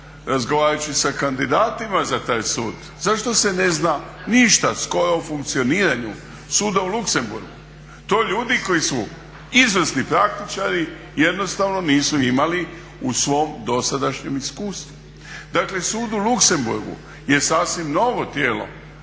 razgovarajući sa kandidatima za taj sud. Zašto se ne zna ništa skoro o funkcioniranju suda u Luxembourgu? To ljudi koji su izvrsni praktičari jednostavno nisu imali u svom dosadašnjem iskustvu. Dakle, sud u Luxembourgu je sasvim novo tijelo